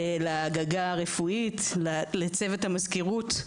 להגגה הרפואית, לצוות המזכירות,